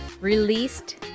released